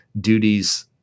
duties